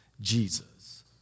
Jesus